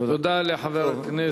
תודה לחבר הכנסת עמיר פרץ.